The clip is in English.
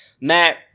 Matt